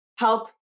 help